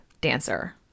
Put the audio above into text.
dancer